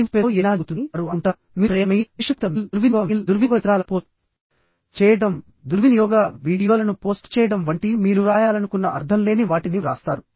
cyber స్పేస్లో ఏదైనా జరుగుతుందని వారు అనుకుంటారు మీరు ప్రేమ మెయిల్ ద్వేషపూరిత మెయిల్ దుర్వినియోగ మెయిల్ దుర్వినియోగ చిత్రాలను పోస్ట్ చేయడం దుర్వినియోగ వీడియోలను పోస్ట్ చేయడం వంటి మీరు వ్రాయాలనుకున్న అర్ధంలేని వాటిని వ్రాస్తారు